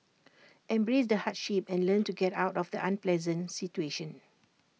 embrace the hardship and learn to get out of the unpleasant situation